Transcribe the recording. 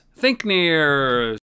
Thinknears